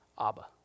Abba